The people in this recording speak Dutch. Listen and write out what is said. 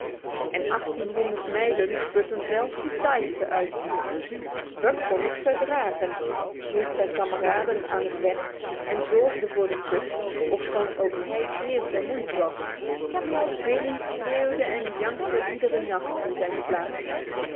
en achttienhonderd mijlen putten zelfs den taaiste uit buck kon het verdragen hield zijn kameraden aan het werk en zorgde voor de tucht ofschoon ook hij zeer vermoeid was billee schreeuwde en jankte iedere nacht in zijn slaap